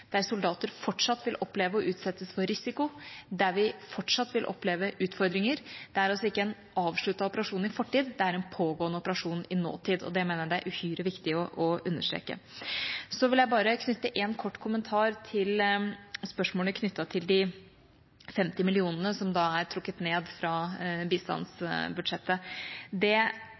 der soldater fortsatt vil oppleve å utsettes for risiko, der vi fortsatt vil oppleve utfordringer. Det er altså ikke en avsluttet operasjon i fortid, det er en pågående operasjon i nåtid, og det mener jeg det er uhyre viktig å understreke. Så vil jeg bare knytte en kort kommentar til spørsmålet om de 50 millionene som er trukket ned fra bistandsbudsjettet.